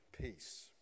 peace